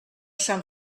sant